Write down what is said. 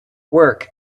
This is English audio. work